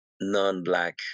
non-black